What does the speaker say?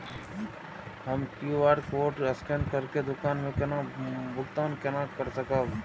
हम QR code scan करके दुकान में भुगतान केना कर सकब?